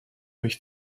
mich